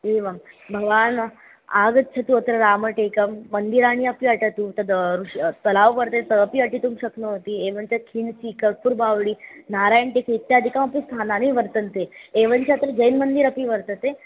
एवं भवान् आगच्छतु अत्र रामटेकं मन्दिराणि अपि अटतु तद् ऋषिः तलाव् वर्तते तदपि अटितुं शक्नोति एवञ्च खिन्सी कस्तुर्बाव्डि नारायण्टेक् इत्यादिकमपि स्थानानि वर्तन्ते एवञ्च अत्र जैन्मन्दिरम् अपि वर्तते